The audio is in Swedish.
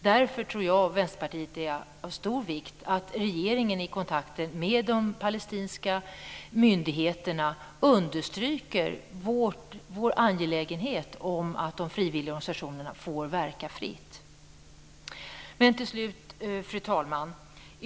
Därför tror jag och Vänsterpartiet att det är av stor vikt att regeringen i kontakter med de palestinska myndigheterna understryker att vi är angelägna om att de frivilliga organisationerna får verka fritt. Fru talman!